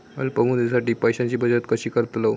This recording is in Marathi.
अल्प मुदतीसाठी पैशांची बचत कशी करतलव?